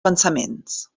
pensaments